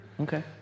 okay